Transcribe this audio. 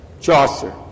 Chaucer